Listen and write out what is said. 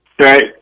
right